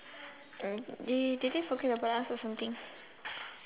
uh did they did they forget about us or something